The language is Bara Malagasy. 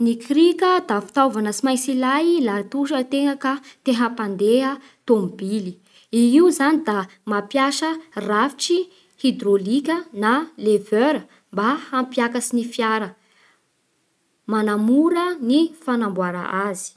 Ny krika da fitaova tsy maintsy ilay laha toa zao tegna fa te hampandeha tôbily. I io zany da mampiasa rafitry hidrôlika na leveur mba hampiakatsy ny fiara, manamora ny fanamboara azy.